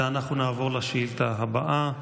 נעבור לשאילתה הבאה.